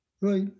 right